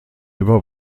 über